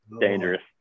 Dangerous